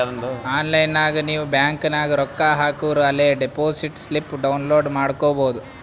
online ನಾಗ್ ನೀವ್ bank ನಾಗ್ ರೊಕ್ಕಾ ಹಾಕೂರ ಅಲೇ ಡೆಪೋಸಿಟ್ ಸ್ಲಿಪ್ ಡೌನ್ಲೋಡ್ ಮಾಡ್ಕೊಬೋದು